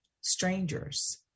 strangers